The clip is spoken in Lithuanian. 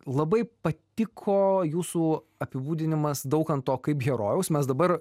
labai patiko jūsų apibūdinimas daukanto kaip herojaus mes dabar